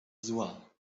zła